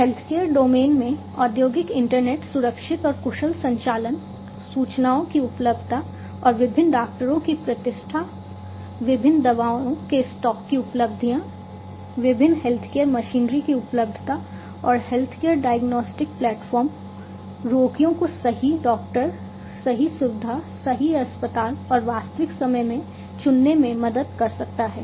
healthcare domain में औद्योगिक internet सुरक्षित और कुशल संचालन सूचनाओं की उपलब्धता और विभिन्न डॉक्टरों की प्रतिष्ठा विभिन्न दवाओं के स्टॉक की उपलब्धियां विभिन्न हेल्थकेयर मशीनरी की उपलब्धता और हेल्थकेयर डायग्नोस्टिक प्लेटफ़ॉर्म रोगियों को सही डॉक्टर सही सुविधा सही अस्पताल और वास्तविक समय में चुनने में मदद कर सकता है